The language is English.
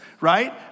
right